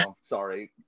sorry